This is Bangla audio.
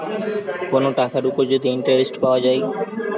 কোন টাকার উপর যদি ইন্টারেস্ট পাওয়া যায়